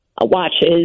watches